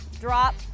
drop